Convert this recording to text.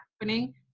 happening